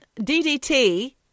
DDT